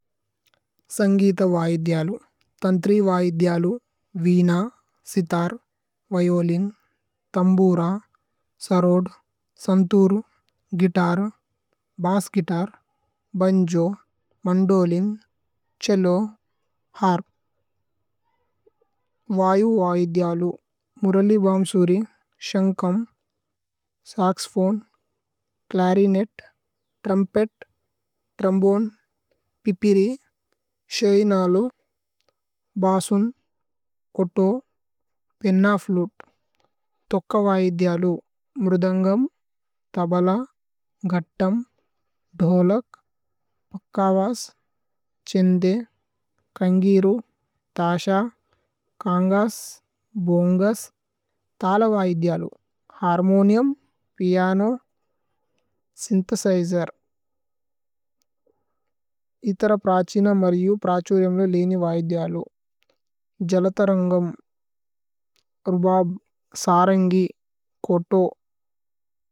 സന്ഗിത വൈദ്യലു, തന്ത്രി വൈദ്യലു, veena, sitar, violin, tambura, sarod, santoor, guitar, bass guitar, banjo, mandolin. Cello, harp. വായു വൈദ്യലു, മുരലി ഭ്ഹാമ്സുരി, ശന്കമ്, സക്സ്ഫോനേ, ഛ്ലരിനേത്, ത്രുമ്പേത്, ത്രോമ്ബോനേ, പിപ്പിരി, ശയിനലു, ഭസുന്, ഓതോ, പേന്ന ഫ്ലുതേ, ഥോക്കവൈയലു, മുരുദന്ഗമ്, തബല, ഗത്തമ്, ധോലക്, പക്കവസ്, ഛ്ഹേന്ദേ। കന്ഗീരു, ഥശ, കന്ഗസ്, ഭോന്ഗസ്, ഥല വൈദ്യലു, ഹര്മോനിഉമ്, പിഅനോ, സ്യ്ന്ഥേസിജേര്, ഇത്തര പ്രഛിന, മരിയു, പ്രഛുരിഅമ്, ലേനി വൈദ്യലു, ജലതരന്ഗമ്, രുബബ്, സരന്ഗി, കോത്തോ।